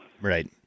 Right